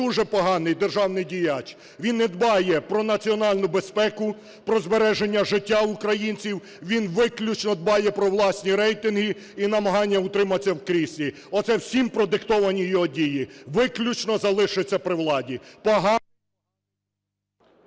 дуже поганий державний діяч – він не дбає про національну безпеку, про збереження життя українців, він виключно дбає про власні рейтинги і намагання утриматися в кріслі. Оце цим продиктовані його дії – виключно залишитися при владі…